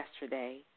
yesterday